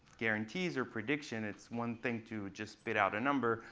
guarantees or prediction? it's one thing to just bid out a number.